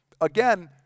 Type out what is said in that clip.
again